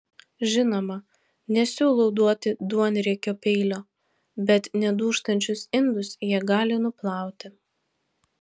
žinoma nesiūlau duoti duonriekio peilio bet nedūžtančius indus jie gali nuplauti